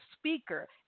speaker